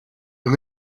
and